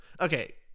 Okay